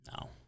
No